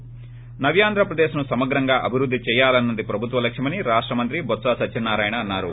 ి నవ్యాంధ్రప్రదేశ్ను సమగ్రంగా అభివృద్ది చేయాలన్నది ప్రభుత్వ లక్కుమని రాష్ట మంత్రి బొత్స సత్యనారాయణ అన్నారు